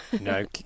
no